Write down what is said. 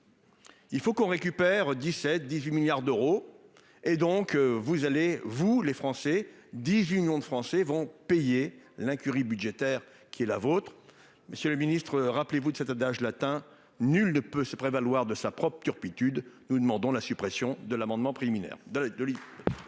Il faut qu'on récupère 17 18 milliards d'euros. Et donc vous allez vous les Français, 18 millions de Français vont payer l'incurie budgétaire qui est la vôtre, Monsieur le Ministre, rappelez-vous de cet adage latin. Nul ne peut se prévaloir de sa propre turpitude. Nous demandons la suppression de l'amendement préliminaire